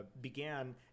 began